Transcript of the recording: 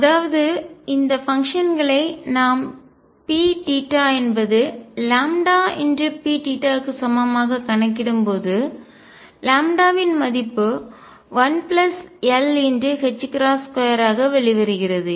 அதாவது இந்த ஃபங்க்ஷன்கள்களை நாம் Pθ என்பது Pθ க்கு சமமாக கணக்கிடும்போது λ வின் மதிப்பு 1l2 ஆக வெளிவருகிறது